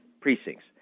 precincts